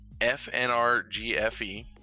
FNRGFE